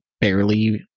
barely